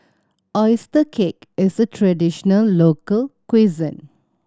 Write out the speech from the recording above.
oyster cake is a traditional local cuisine